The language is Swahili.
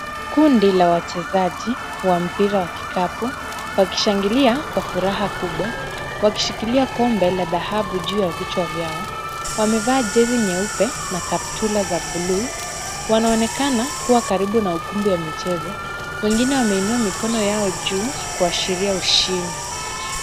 Kundi la wachezaji wa mpira wa kikapu wakishangilia kwa furaha kubwa, wakishikilia kombe la dhahabu juu ya vichwa vyao. Wamevaa jezi nyeupe na kaptula za buluu. Wanaonekana kuwa karibu na ukumbi wa michezo. Wengine wameinua mikono yao juu kuashiria ushindi.